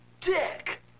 dick